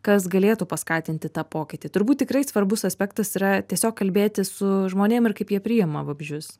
kas galėtų paskatinti tą pokytį turbūt tikrai svarbus aspektas yra tiesiog kalbėti su žmonėm ir kaip jie priima vabzdžius